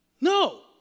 No